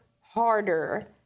harder